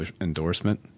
endorsement